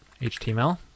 html